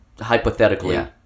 hypothetically